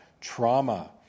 Trauma